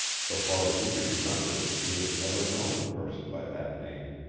so far as he could remember he had never known a person by that name.